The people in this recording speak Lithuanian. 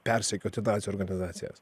persekioti nacių organizacijas